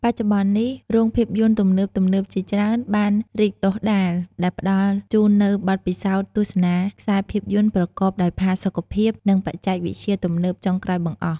បច្ចុប្បន្ននេះ រោងភាពយន្តទំនើបៗជាច្រើនបានរីកដុះដាល ដែលផ្តល់ជូននូវបទពិសោធន៍ទស្សនាខ្សែភាពយន្តប្រកបដោយផាសុកភាព និងបច្ចេកវិទ្យាទំនើបចុងក្រោយបង្អស់។